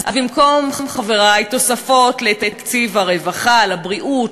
אז במקום, חברי, תוספות לתקציב הרווחה, לבריאות,